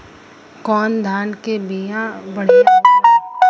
कौन धान के बिया बढ़ियां होला?